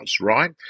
right